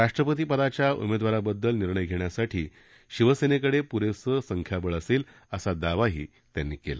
राष्ट्रपतीपदाच्या उमेदवाराबददल निर्णय घेण्यासाठी शिवसेनेकडे प्रेसं संख्याबळ असेल असा दावाही त्यांनी केला